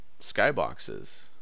skyboxes